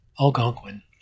Algonquin